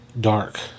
dark